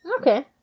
Okay